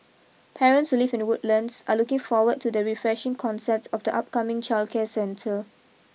parents who live in Woodlands are looking forward to the refreshing concept of the upcoming childcare centre